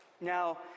Now